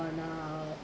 on now